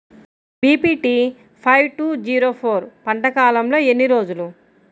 BPT five two zero four పంట కాలంలో ఎన్ని రోజులు?